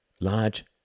Large